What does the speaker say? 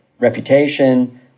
Reputation